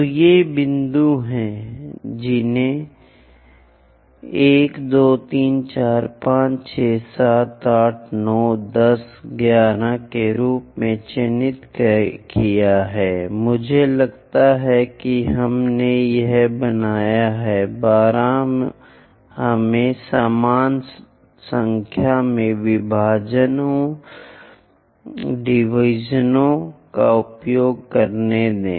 तो ये बिंदु हैं उन्हें 1 2 3 4 2 3 4 5 6 7 8 9 10 11 के रूप में चिह्नित करें मुझे लगता है कि हमने यह बनाया है 12 हमें समान संख्या में डिवीजनों का उपयोग करने दें